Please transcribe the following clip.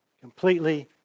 Completely